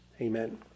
Amen